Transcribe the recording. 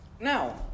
Now